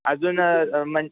अजून मग